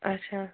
اچھا